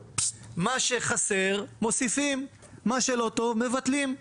ומה שטוב משאירים; מה שחסר מוסיפים; מה שלא טוב מבטלים.